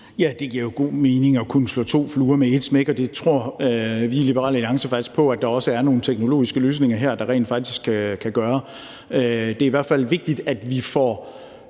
Ja, det giver jo god mening at kunne slå to fluer med ét smæk, og det tror vi i Liberal Alliance faktisk på at der er nogle teknologiske løsninger her der rent faktisk kan gøre. Det er i hvert fald vigtigt, at vi får,